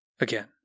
Again